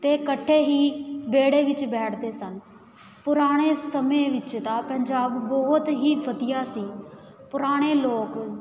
ਅਤੇ ਇਕੱਠੇ ਹੀ ਵਿਹੜੇ ਵਿੱਚ ਬੈਠਦੇ ਸਨ ਪੁਰਾਣੇ ਸਮੇਂ ਵਿੱਚ ਦਾ ਪੰਜਾਬ ਬਹੁਤ ਹੀ ਵਧੀਆ ਸੀ ਪੁਰਾਣੇ ਲੋਕ